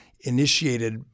initiated